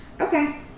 Okay